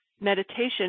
meditation